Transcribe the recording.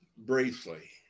briefly